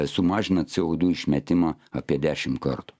sumažina c o du išmetimą apie dešim kartų